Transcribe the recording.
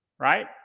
Right